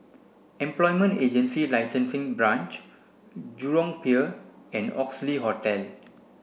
Employment Agency Licensing Branch Jurong Pier and Oxley Hotel